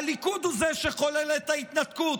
הליכוד הוא שחולל את ההתנתקות,